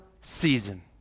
season